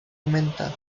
augmenta